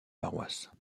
paroisses